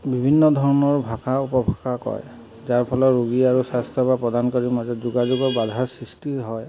বিভিন্ন ধৰণৰ ভাষা উপভাষা কয় যাৰ ফলত ৰোগী আৰু স্বাস্থ্যসেৱা প্ৰদানকাৰীৰ মাজৰ যোগাযোগত বাধাৰ সৃষ্টি হয়